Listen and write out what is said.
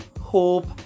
hope